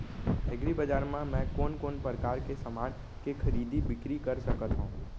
एग्रीबजार मा मैं कोन कोन परकार के समान के खरीदी बिक्री कर सकत हव?